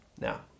now